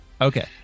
Okay